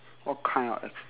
what kind of exercise